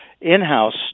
in-house